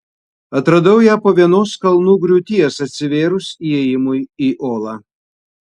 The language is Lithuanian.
atradau ją po vienos kalnų griūties atsivėrus įėjimui į olą